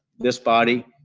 this body,